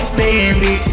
baby